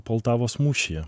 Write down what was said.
poltavos mūšyje